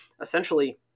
essentially